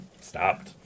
stopped